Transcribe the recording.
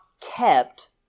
kept